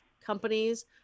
companies